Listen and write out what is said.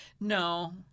No